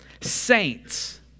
Saints